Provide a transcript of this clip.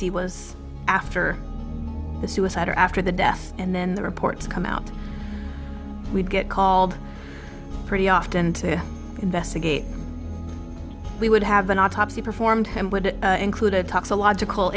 see was after the suicide or after the death and then the reports come out we'd get called pretty often to investigate we would have an autopsy performed and would include a tux a logical